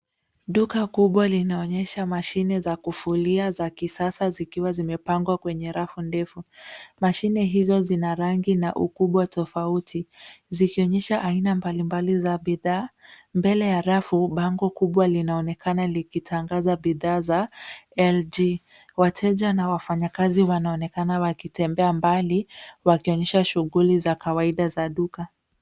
Duka kubwa linaonyesha mashine za kufulia za kisasa zikiwa zimepangwa kwenye rafu ndefu, mashine hizo zina rangi na ukubwa tofauti zikionyesha aina mbalimbali za bidhaa, mbele ya rafu bango kubwa linaonekana likitangaza bidhaa za LG wateja na wafanyikazi wanaonekana wakitembea mbali wakionyesha shughuli za kawaida za duka.